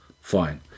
Fine